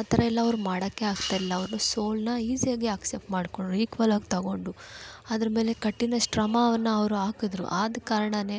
ಆ ಥರ ಎಲ್ಲ ಅವ್ರು ಮಾಡಕ್ಕೇ ಆಗ್ತಾ ಇಲ್ಲ ಅವರು ಸೋಲನ್ನ ಈಸಿಯಾಗಿ ಅಕ್ಸೆಪ್ಟ್ ಮಾಡ್ಕೊಂಡ್ರು ಈಕ್ವಲಾಗಿ ತಗೊಂಡು ಅದ್ರ್ಮೇಲೆ ಕಠಿಣ ಶ್ರಮವನ್ನು ಅವರು ಹಾಕಿದ್ರು ಆದ ಕಾರಣಾನೇ